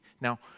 Now